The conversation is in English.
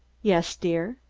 yes, dear.